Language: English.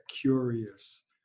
curious